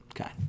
Okay